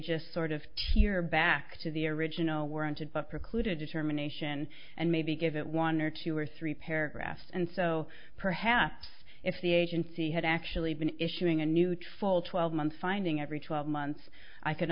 just sort of cheer back to the original warranted but preclude a determination and maybe give it one or two or three paragraphs and so perhaps if the agency had actually been issuing a neutral twelve month finding every twelve months i could